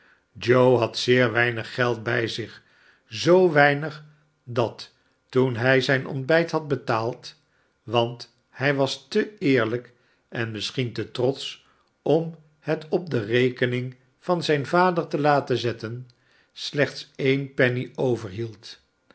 had zeer weinig geld bij zich zoo weinig dat toen hij zijn ontbijt had betaald want hij was te eerlijk en misschien te trotsch om het op de rekening van zijn vader te laten zetten slechts een penny